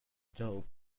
dull